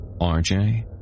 RJ